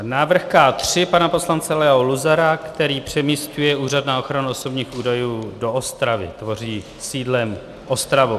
Návrh K3 pana poslance Leo Luzara, který přemísťuje Úřad na ochranu osobních údajů do Ostravy, tvoří sídlem Ostravu.